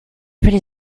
pretty